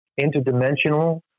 interdimensional